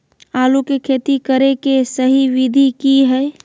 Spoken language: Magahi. आलू के खेती करें के सही विधि की हय?